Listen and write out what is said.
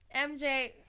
MJ